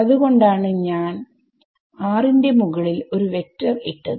അത് കൊണ്ടാണ് ഞാൻ rന്റെ മുകളിൽ ഒരു വെക്ടർ ഇട്ടത്